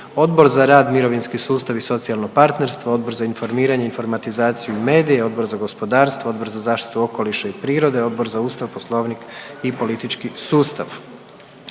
Odbor za rad, mirovinski sustav i socijalno partnerstvo, Odbor za informiranje, informatizaciju i medije, Odbor za gospodarstvo, Odbor za zaštitu okoliša i prirode, Odbor za ustav, poslovnik i politički sustav.